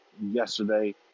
yesterday